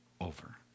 over